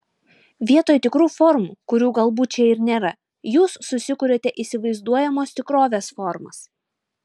vietoj tikrų formų kurių galbūt čia ir nėra jūs susikuriate įsivaizduojamos tikrovės formas